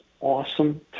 awesome